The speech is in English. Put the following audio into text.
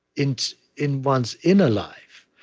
in in one's inner life,